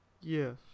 Yes